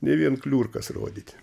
ne vien kliurkas rodyti